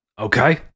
okay